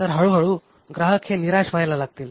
तर हळूहळू ग्राहक हे निराश व्हायला लागतील